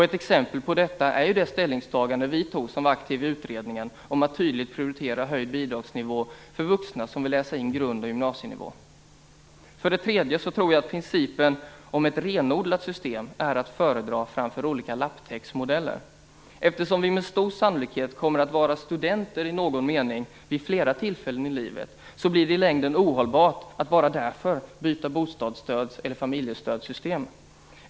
Ett exempel på detta är det ställningstagande vi som var aktiva i utredningen gjorde om att tydligt prioritera höjd bidragsnivå för vuxna som vill läsa in grund och gymnasienivå. För det tredje tror jag att principen om ett renodlat system är att föredra framför olika lapptäcksmodeller. Eftersom vi med stor sannolikhet kommer att vara studenter i någon mening vid flera tillfällen i livet blir det i längden ohållbart att bara därför byta bostadsstöds eller familjestödssystem.